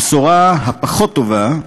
הבשורה הפחות-טובה,